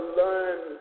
learn